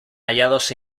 hallados